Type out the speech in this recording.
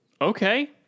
okay